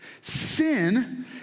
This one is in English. Sin